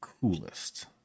coolest